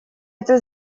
это